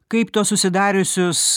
kaip tuos susidariusius